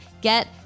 Get